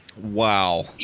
Wow